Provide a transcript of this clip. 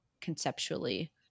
conceptually